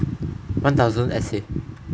one thousand essay